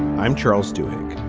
i'm charles doing.